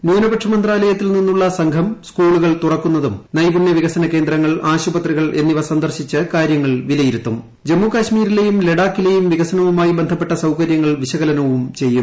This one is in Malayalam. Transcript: ന്യൂനപക്ഷ മന്ത്രാലയിത്തിൽ നിന്നുള്ള സംഘം സ്കൂളുകൾ തുറക്കുന്നതും നൈപുണ്യ വികസന കേന്ദ്രങ്ങൾ ആശുപത്രികൾ എന്നിവ ജമ്മു കാശ്മീരിലെയും ലഡാക്കിലെയും വികസനവുമായി ബന്ധപ്പെട്ട സൌകര്യങ്ങൾ വിശകലനവും ചെയ്യും